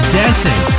dancing